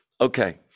Okay